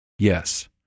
Yes